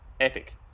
epic